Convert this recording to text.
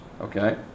Okay